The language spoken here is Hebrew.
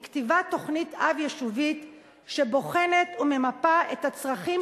הוא כתיבת תוכנית-אב יישובית שבוחנת וממפה את הצרכים